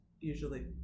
usually